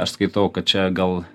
aš skaitau kad čia gal